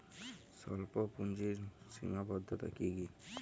স্বল্পপুঁজির সীমাবদ্ধতা কী কী?